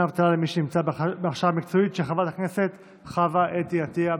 דמי אבטלה למי שנמצא בהכשרה מקצועית) של חברת הכנסת חוה אתי עטייה.